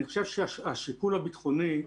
אני חושב שהשיקול הביטחוני,